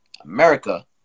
America